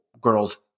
girls